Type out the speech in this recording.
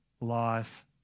life